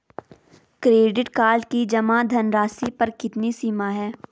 Credit card की जमा धनराशि पर कितनी सीमा है?